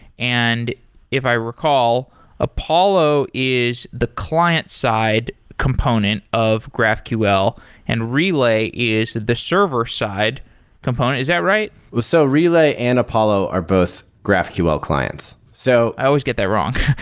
and if i recall, apollo is the client side component of graphql and relay is that the server-side component. is that right? so relay and apollo are both graphql clients. so i always get that wrong.